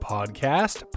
Podcast